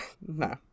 no